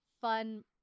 fun